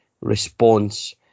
response